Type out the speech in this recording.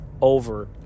over